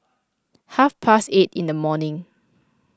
half past eight in the morning